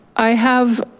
i have,